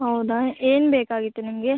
ಹೌದಾ ಏನು ಬೇಕಾಗಿತ್ತು ನಿಮಗೆ